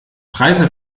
preise